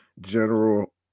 general